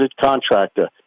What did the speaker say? contractor